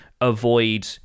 avoid